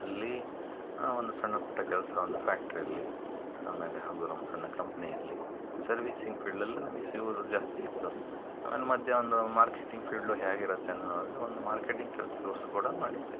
ಅಲ್ಲಿ ಒಂದು ಸಣ್ಣಪುಟ್ಟ ಕೆಲಸ ಒಂದು ಫ್ಯಾಕ್ಟ್ರಿಯಲ್ಲಿ ಆಮೇಲೆ ಹಗುರ ಒಂದು ಸಣ್ಣ ಕಂಪ್ನಿಯಲ್ಲಿ ಸರ್ವೀಸಿಂಗ್ ಫೀಲ್ಡಲ್ಲಿ ನಮಗೆ ಸಿಗೋದು ಜಾಸ್ತಿ ಇತ್ತು ಆಮೇಲೆ ಮಧ್ಯ ಒಂದು ಮಾರ್ಕೆಟಿಂಗ್ ಫೀಲ್ಡ್ ಹೇಗಿರುತ್ತೆ ಅನ್ನೋದು ಒಂದು ಮಾರ್ಕೆಟಿಂಗ್ ಕೆಲಸ ಕೋರ್ಸ್ ಕೂಡ ಮಾಡಿದ್ದೆ